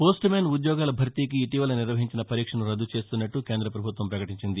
postmen ఉద్యోగాల భర్తీకి ఇటీవలన నిర్వహించిన పరీక్షను రద్దు చేస్తున్నట్ల కేంద్ర పభుత్వం పకటించింది